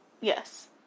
Yes